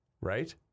right